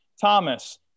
Thomas